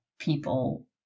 people